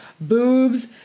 Boobs